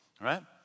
Right